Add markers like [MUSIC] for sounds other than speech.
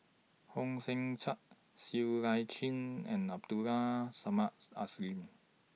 Hong Sek Chern Siow I Chin and Abdul Are Samad [UNINTELLIGIBLE]